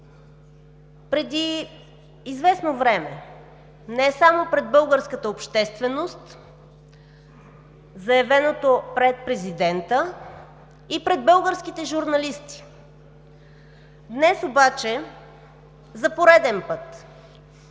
преди известно време, не само пред българската общественост, заявеното пред президента и пред българските журналисти. Днес обаче за пореден път,